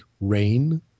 rain